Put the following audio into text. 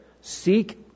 Seek